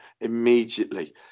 immediately